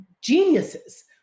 geniuses